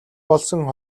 болсон